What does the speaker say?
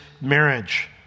marriage